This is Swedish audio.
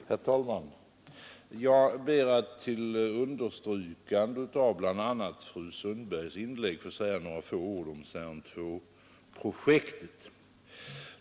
Herr talman! Jag ber att till understrykande av bl.a. fru Sundbergs inlägg få säga några få ord om CERN-II-projektet.